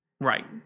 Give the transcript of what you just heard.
Right